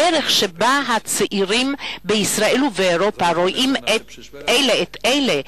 הדרך שבה הצעירים בישראל ובאירופה רואים אלה את אלה,